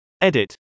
Edit